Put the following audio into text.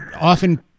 often